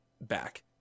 back